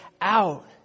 out